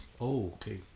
Okay